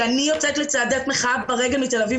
שאני יוצאת לצעדת מחאה ברגל מתל-אביב